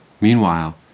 Meanwhile